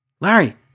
Larry